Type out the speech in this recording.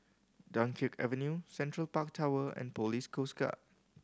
Dunkirk Avenue Central Park Tower and Police Coast Guard